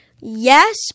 yes